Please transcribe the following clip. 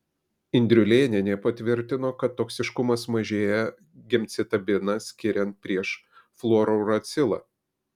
indriulėnienė patvirtino kad toksiškumas mažėja gemcitabiną skiriant prieš fluorouracilą